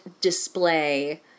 display